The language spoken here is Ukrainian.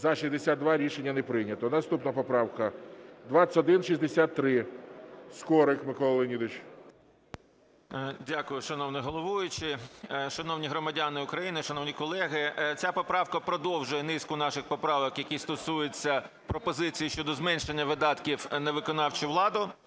За-62 Рішення не прийнято. Наступна поправка 2163. Скорик Микола Леонідович. 11:22:47 СКОРИК М.Л. Дякую, шановний головуючий. Шановні громадяни України, шановні колеги! Ця поправка продовжує низку наших поправок, які стосуються пропозицій щодо зменшення видатків на виконавчу владу